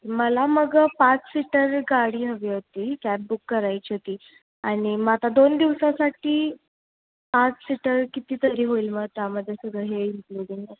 मला मगं पाच सीटर गाडी हवी होती कॅब बुक करायची होती आणि मग आता दोन दिवसासाठी पाच सीटर किती तरी होईल मग त्यामध्ये सगळं हे इन्क्लुडिंग